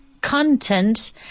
content